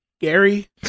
Gary